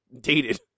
dated